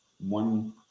one